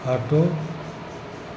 auto